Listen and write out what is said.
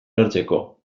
lortzeko